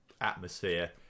atmosphere